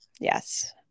yes